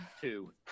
Two